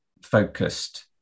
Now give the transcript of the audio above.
focused